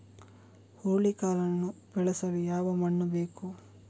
ಹುರುಳಿಕಾಳನ್ನು ಬೆಳೆಸಲು ಯಾವ ಮಣ್ಣು ಬೇಕು?